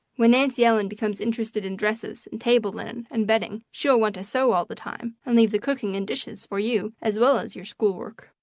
when nancy ellen becomes interested in dresses and table linen and bedding she will want to sew all the time, and leave the cooking and dishes for you as well as your schoolwork.